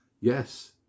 Yes